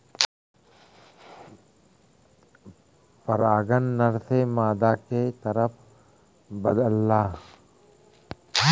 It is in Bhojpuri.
परागन नर से मादा के तरफ बदलला